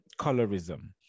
colorism